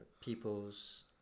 people's